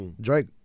Drake